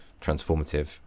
transformative